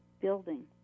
building